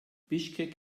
bischkek